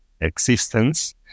existence